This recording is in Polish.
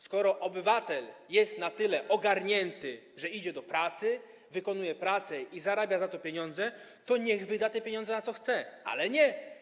Skoro obywatel jest na tyle ogarnięty, że idzie do pracy, wykonuje pracę i zarabia pieniądze, to niech wyda te pieniądze, na co chce, ale nie.